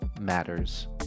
matters